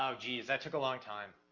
um jeeze, that took a long time.